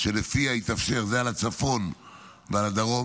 שלפיה יתאפשר, זה על הצפון ועל הדרום,